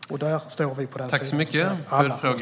Regeringen står på den sida som alla .